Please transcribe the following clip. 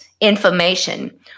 information